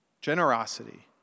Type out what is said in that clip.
generosity